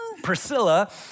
Priscilla